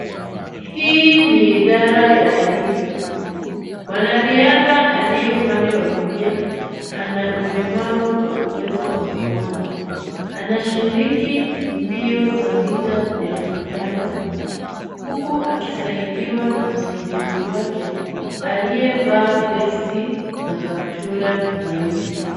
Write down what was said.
Hii ni idara ya elimu. Mwanariadha aliye upande wa kulia, ana ulemavu wa uwezo wa kuona. Anashiriki mbio za mita elfu tano huku akisaidiwa na msaidizi wake aliyevaa vesti na kaptura nyeusi.